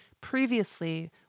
previously